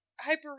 hyper